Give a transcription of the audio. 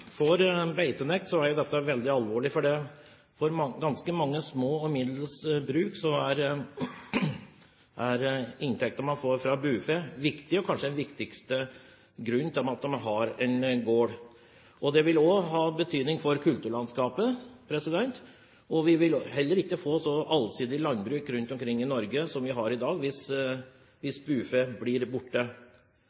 beitenekt, er dette veldig alvorlig. For ganske mange små og middels store bruk er inntekten man får fra bufe, viktig, og kanskje den viktigste grunnen til at man har en gård. Det vil også ha betydning for kulturlandskapet, og vi vil heller ikke få et så allsidig landbruk rundt omkring i Norge som vi har i dag hvis bufe blir borte. Og der vi